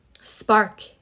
spark